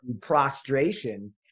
prostration